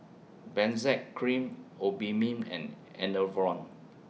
Benzac Cream Obimin and Enervon